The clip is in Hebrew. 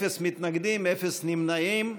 אין מתנגדים, אין נמנעים.